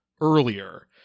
earlier